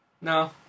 No